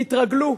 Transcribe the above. תתרגלו,